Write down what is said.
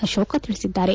ಅಶೋಕ ತಿಳಿಸಿದ್ದಾರೆ